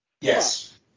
Yes